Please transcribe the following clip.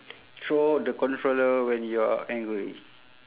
throw the controller when you are angry